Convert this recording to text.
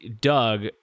doug